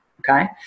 okay